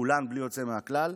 כולן בלי יוצא מהכלל.